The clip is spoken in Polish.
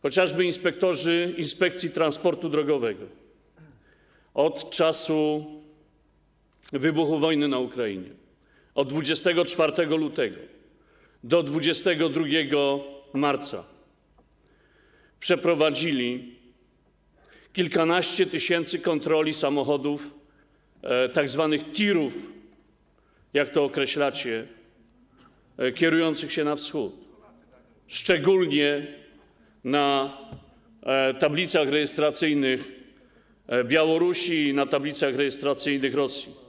Chociażby inspektorzy Inspekcji Transportu Drogowego od czasu wybuchu wojny na Ukrainie, od 24 lutego do 22 marca, przeprowadzili kilkanaście tysięcy kontroli samochodów, tzw. tirów, jak to określacie, kierujących się na wschód, szczególnie na tablicach rejestracyjnych Białorusi, na tablicach rejestracyjnych Rosji.